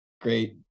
great